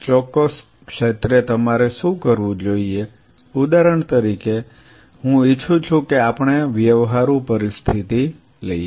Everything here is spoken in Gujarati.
ચોક્કસ ક્ષેત્રે તમારે શું કરવું જોઈએ ઉદાહરણ તરીકે હું ઈચ્છું છું કે આપણે વ્યવહારુ પરિસ્થિતિ લઈએ